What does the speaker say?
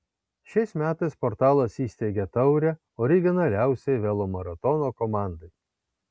šiais metais portalas įsteigė taurę originaliausiai velomaratono komandai